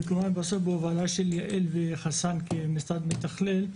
זה קורה בסוף בהובלה של יעל וחסאן כמשרד מתכלל.